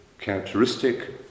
characteristic